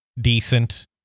decent